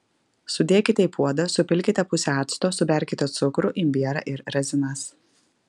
sudėkite į puodą supilkite pusę acto suberkite cukrų imbierą ir razinas